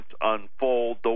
unfold